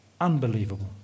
Unbelievable